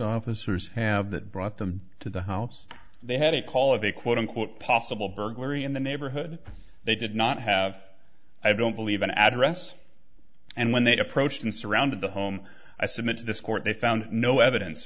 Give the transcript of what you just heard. officers have that brought them to the house they had a call of a quote unquote possible burglary in the neighborhood they did not have i don't believe an address and when they approached and surrounded the home i submit to this court they found no evidence